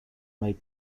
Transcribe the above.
may